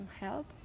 help